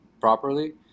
properly